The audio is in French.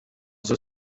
the